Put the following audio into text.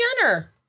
Jenner